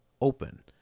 open